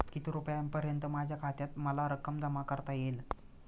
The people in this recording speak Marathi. किती रुपयांपर्यंत माझ्या खात्यात मला रक्कम जमा करता येईल?